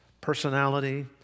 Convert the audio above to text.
personality